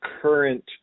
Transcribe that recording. current